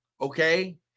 okay